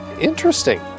interesting